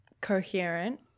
coherent